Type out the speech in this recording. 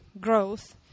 growth